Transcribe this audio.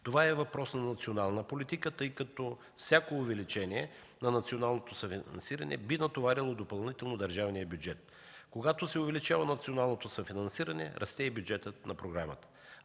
Това е въпрос на национална политика, тъй като всяко увеличение на националното съфинансиране би натоварило допълнително държавния бюджет. Когато се увеличава националното съфинансиране, расте и бюджетът на програмата.